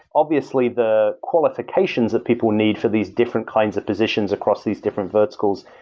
obviously, the qualifications that people need for these different kinds of positions across these different verticals,